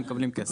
הם מקבלים כסף.